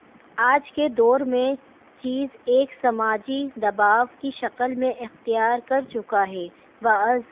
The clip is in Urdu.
آج کے دور میں چیز ایک سماجی دباؤ کی شکل میں اختیار کر چکا ہے بعض